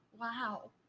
Wow